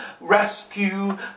rescue